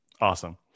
Awesome